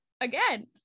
again